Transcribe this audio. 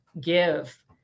give